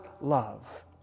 love